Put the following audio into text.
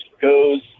goes